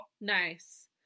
Nice